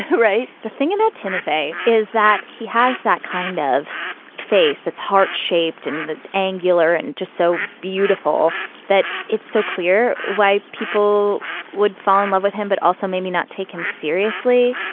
right. the thing about timothy is that he has that kind of face that's heart shaped and angular and just so beautiful that it's so clear why people would fall in love with him, but also maybe not take him seriously.